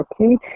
okay